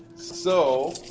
so,